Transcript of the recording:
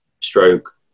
stroke